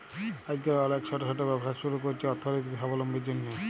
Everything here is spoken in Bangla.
আইজকাল অলেক ছট ছট ব্যবসা ছুরু ক্যরছে অথ্থলৈতিক সাবলম্বীর জ্যনহে